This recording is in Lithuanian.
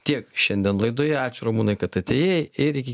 tiek šiandien laidoje ačiū rumunai kad atėjai ir iki